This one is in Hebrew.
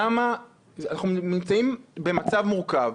אנחנו נמצאים במצב מורכב,